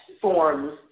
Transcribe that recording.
forms